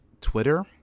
Twitter